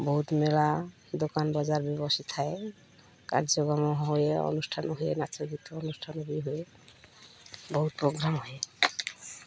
ବହୁତ ମେଳା ଦୋକାନ ବଜାର ବି ବସିଥାଏ କାର୍ଯ୍ୟକ୍ରମ ହୁଏ ଅନୁଷ୍ଠାନ ହୁଏ ନାଚ ଗୀତ ଅନୁଷ୍ଠାନ ବି ହୁଏ ବହୁତ ପ୍ରୋଗ୍ରାମ୍ ହୁଏ